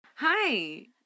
Hi